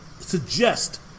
suggest